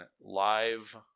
live